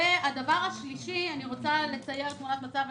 הדבר השלישי, אני רוצה לצייר תמונת מצב.